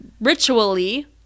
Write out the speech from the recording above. ritually